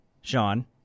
Sean